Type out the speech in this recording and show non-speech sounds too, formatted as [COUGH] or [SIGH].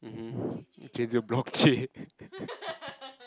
mhm change a block [LAUGHS]